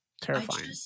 terrifying